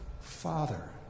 Father